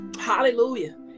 Hallelujah